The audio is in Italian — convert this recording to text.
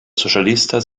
socialista